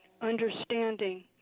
understanding